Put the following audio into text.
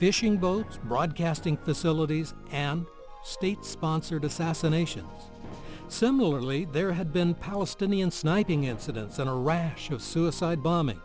fishing boats broadcasting facilities and state sponsored assassinations similarly there had been palestinian sniping incidents and a rash of suicide bombing